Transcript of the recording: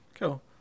cool